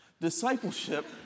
Discipleship